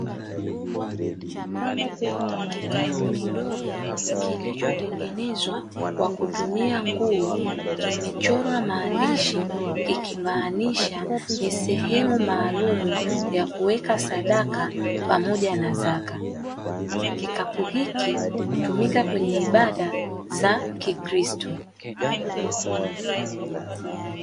Kikapu kidogo kilichotengenezwa kwa kutumia nguo, kimechorwa maandishi ikimaanisha ni sehemu maalumu ya kuweka sadaka pamoja na zaka. Kikapu hiki hutumika kwenye ibada za kikristu.